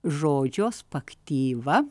žodžio spaktyva